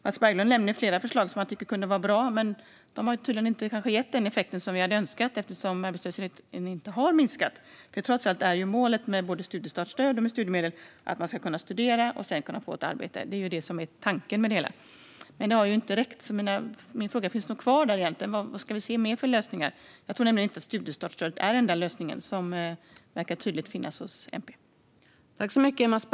Mats Berglund nämner flera förslag som han tycker kunde vara bra, men de har tydligen inte gett den effekt som vi hade önskat eftersom arbetslösheten inte har minskat. Trots allt är ju målet med både studiestartsstöd och studiemedel att man ska kunna studera och sedan kunna få ett arbete; det är det som är tanken med det hela. Men det har ju inte räckt, så min fråga står kvar: Vad finns det mer för lösningar? Jag tror nämligen inte att studiestartsstödet är den enda lösningen, som den tydligt verkar vara för MP.